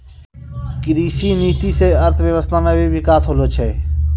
कृषि नीति से अर्थव्यबस्था मे भी बिकास होलो छै